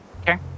Okay